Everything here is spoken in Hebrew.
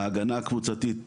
ההגנה הקבוצתית הוסרה,